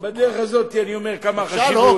בדרך הזאת אני אומר כמה חשוב,